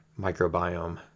microbiome